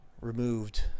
removed